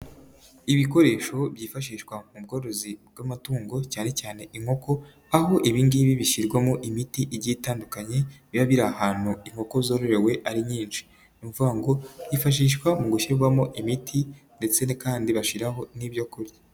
Ibikoresho byifashishwa mu bworozi bw'amatungo cyane cyane inkoko aho ibi ngibi bishyirwamo imiti igiye itandukanye biba biri ahantu inkoko zororewe ari nyinshi, ni ukuvuga ngo byifashishwa mu gushyirwamo imiti ndetse kandi bashiraho n'ibyo kurya.